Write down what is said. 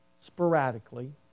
sporadically